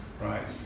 Right